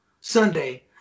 Sunday